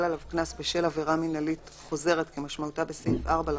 עליו קנס בשל עבירה מינהלית חוזרת כמשמעותה בסעיף 4 לחוק,